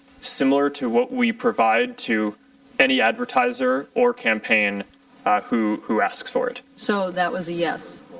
similar to what we provide to any advertiser or campaign who who asks for it. so that was a yes?